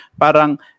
Parang